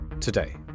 Today